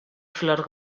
flor